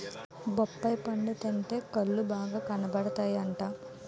బొప్పాయి పండు తింటే కళ్ళు బాగా కనబడతాయట